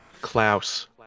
Klaus